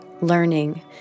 learning